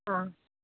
ಹಾಂ